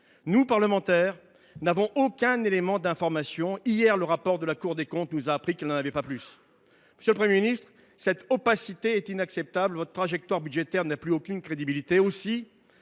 Nous, parlementaires, n’avons aucun élément d’information. Hier, nous avons appris dans le rapport de la Cour des comptes que cette dernière n’en avait pas plus ! Monsieur le Premier ministre, cette opacité est inacceptable. Votre trajectoire budgétaire n’a plus aucune crédibilité.